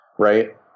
right